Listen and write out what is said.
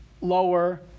lower